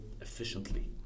efficiently